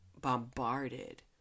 bombarded